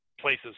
Places